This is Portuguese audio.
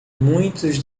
muitos